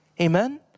Amen